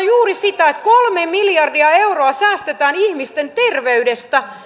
juuri sitä että kolme miljardia euroa säästetään ihmisten terveydestä